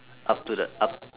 up to the up